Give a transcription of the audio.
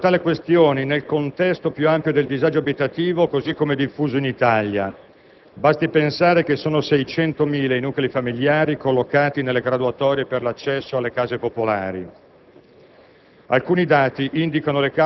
Il decreto affronta tale questione nel contesto più ampio del disagio abitativo così come diffuso in Italia. Basti pensare che sono 600.000 i nuclei familiari collocati nelle graduatorie per l'accesso alle case popolari.